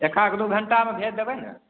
एक आध दू घंटा म भेज देबै ने